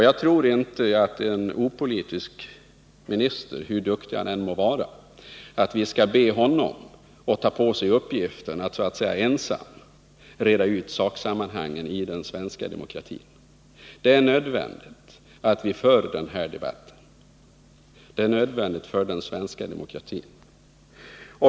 Jag tror inte att vi skall be en opolitisk minister, hur duktig han än må vara, att ta på sig uppgiften att ensam reda ut saksammanhangen i den svenska demokratin. Men för just den svenska demokratin är det nödvändigt att vi för denna debatt.